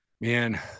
Man